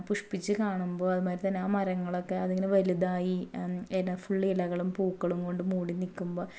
പുഷ്പിച്ച് കാണുമ്പോൾ അതുമാതിരി തന്നെ ആ മരങ്ങളിങ്ങനെ വലുതായി ഇങ്ങനെ ഫുൾ ഇലകളും പൂക്കളളും കൊണ്ട് മൂടി നിൽക്കുമ്പോൾ